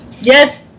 yes